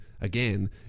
again